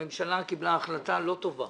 הממשלה קיבלה החלטה לא טובה